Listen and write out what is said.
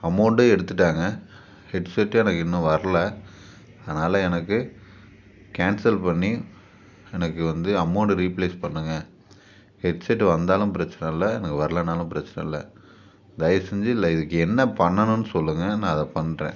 அமௌண்ட்டும் எடுத்துவிட்டாங்க ஹெட்செட்டு எனக்கு இன்னும் வரலை அதனால் எனக்கு கேன்சல் பண்ணி எனக்கு வந்து அமௌண்டு ரீப்ளேஸ் பண்ணுங்கள் ஹெட்செட்டு வந்தாலும் பிரச்சனை இல்லை எனக்கு வரலனாலும் பிரச்சனை இல்லை தயவுசெஞ்சு இல்லை இதுக்கு என்ன பண்ணணும்ன்னு சொல்லுங்கள் நான் அதை பண்ணுறேன்